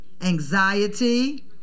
anxiety